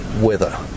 weather